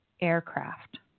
aircraft